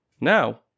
Now